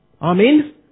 Amen